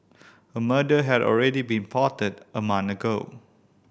a murder had already been plotted a month ago